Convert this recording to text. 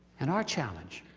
and our challenge,